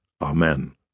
Amen